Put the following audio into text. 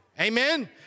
Amen